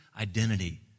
identity